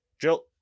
Jill